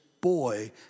boy